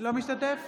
אינו משתתף